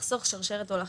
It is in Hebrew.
יחסוך שרשרת הולכה,